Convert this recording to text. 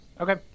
Okay